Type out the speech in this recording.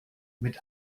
mit